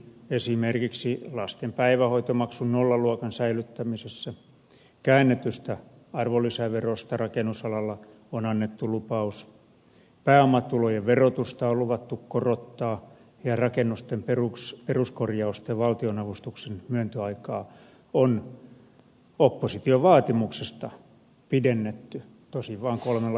esimerkiksi lasten päivähoitomaksun nollaluokan säilyttämiseen käännetystä arvonlisäverosta rakennusalalla on annettu lupaus pääomatulojen verotusta on luvattu korottaa ja rakennusten peruskorjausten valtionavustuksen myöntöaikaa on opposition vaatimuksesta pidennetty tosin vaan kolmella kuukaudella